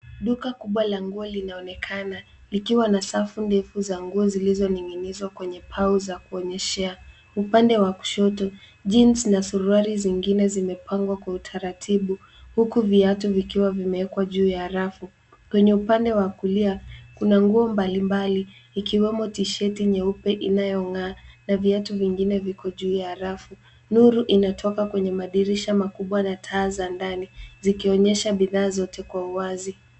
Duka kubwa la nguo linaonekana likiwa na safu ndefu za nguo zilizoning'inizwa kwenye pau za kuonyeshea. Upande wa kushoto jeans na suruali zingine zimepangwa kwa ukuta taratibu huku viatu vikiwa vimewwekwa juu ya rafu. Kwenye upande wa kulia kuna nguo mbalimbali ikiwemo tisheti nyeupe inayongaa na viatu vingine viko juu ya rafu. Nuru inatoka kwenye madirisha makubwa na taa za ndani zikionyesha bidhaa zote kwa wazi.